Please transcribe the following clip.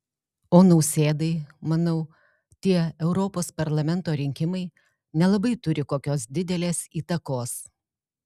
o nausėdai manau tie europos parlamento rinkimai nelabai turi kokios didelės įtakos